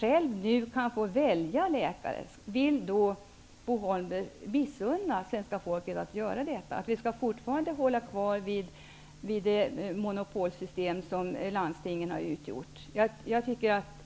Nu kan man ju själv få välja läkare. Vill Bo Holmberg missunna svenska folket att göra detta? Skall vi fortfarande hålla fast vid det monopolsystem som landstingen har utgjort? Jag tycker att